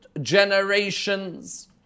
generations